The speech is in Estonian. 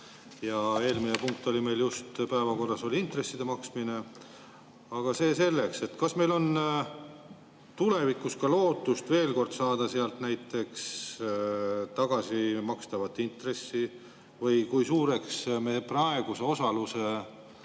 Ja eelmine punkt oli meil päevakorras intresside maksmine. Aga see selleks. Kas meil on tulevikus lootust veel kord saada sealt näiteks tagasi makstavat intressi? Kui suureks me praeguse osaluse